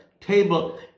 table